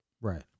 right